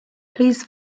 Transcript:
please